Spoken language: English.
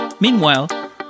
Meanwhile